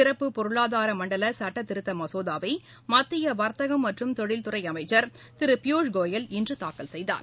சிறப்பு பொருளாதார மண்டல சட்டத்திருத்த மசோதாவை மத்திய வர்த்தக மற்றும் தொழில்துறை அமைச்சர் திரு பியூஷ் கோயல் இன்று தாக்கல் செய்தார்